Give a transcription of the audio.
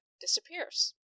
disappears